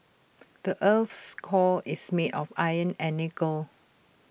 the Earth's core is made of iron and nickel